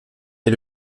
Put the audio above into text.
est